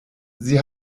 sie